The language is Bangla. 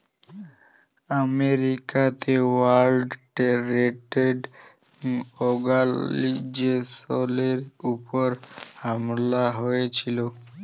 আমেরিকাতে ওয়ার্ল্ড টেরেড অর্গালাইজেশলের উপর হামলা হঁয়েছিল